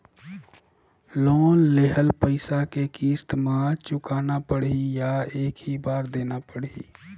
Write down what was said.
Loan लेहल पइसा के किस्त म चुकाना पढ़ही या एक ही बार देना पढ़ही?